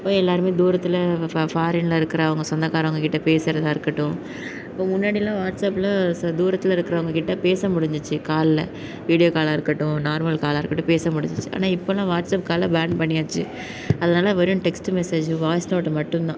அப்போ எல்லாரும் தூரத்தில் ஃபாரினில் இருக்கிறவங்க சொந்தகாரவங்கள்கிட்ட பேசுறதாக இருக்கட்டும் இப்போ முன்னாடிலாம் வாட்ஸ்அப்பில் தூரத்தில் இருக்கிறவங்க கிட்ட பேச முடிஞ்சிச்சு காலில் வீடியோ காலாக இருக்கட்டும் நார்மல் காலாக இருக்கட்டும் பேச முடிஞ்சிச்சு ஆனால் இப்போலான் வாட்ஸ்அப் காலை பேன் பண்ணியாச்சு அதனால வெறும் டெக்ஸ்ட்டு மெசேஜு வாய்ஸ் நோட் மட்டும்தான்